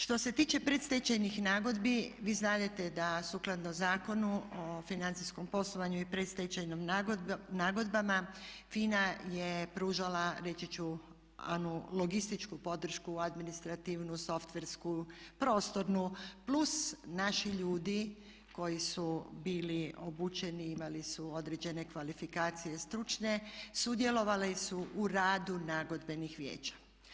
Što se tiče predstečajnih nagodbi, vi znadete da sukladno Zakonu o financijskom poslovanju i predstečajnim nagodbama FINA je pružala reći ću anulogističku podršku administrativnu, softversku, prostornu plus naši ljudi koji su bili obučeni, imali su određene kvalifikacije stručne, sudjelovali su u radu nagodbenih vijeća.